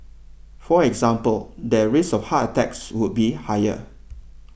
for example their risk of heart attacks would be higher